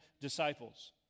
disciples